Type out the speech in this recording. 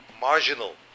marginal